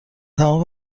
تمام